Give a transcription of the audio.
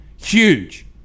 Huge